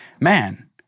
man